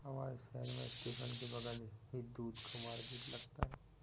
हमारे शहर में स्टेशन के बगल ही दूध का मार्केट लगता है